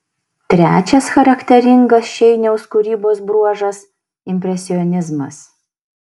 trečias charakteringas šeiniaus kūrybos bruožas impresionizmas